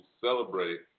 celebrate